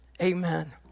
Amen